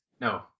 No